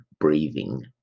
breathing